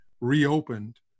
reopened